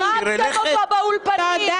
הרגתם אותו באולפנים,